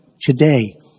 today